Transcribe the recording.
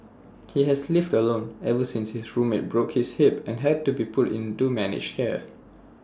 he has lived alone ever since his roommate broke his hip and had to be put into managed care